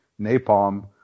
napalm